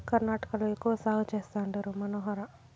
కర్ణాటకలో ఎక్కువ సాగు చేస్తండారు మనోహర